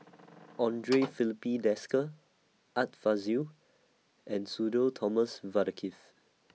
Andre Filipe Desker Art Fazil and Sudhir Thomas Vadaketh